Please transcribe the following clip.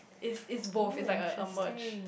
is is both is like a a merge